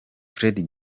fred